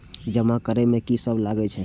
जमा करे में की सब लगे छै?